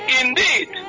indeed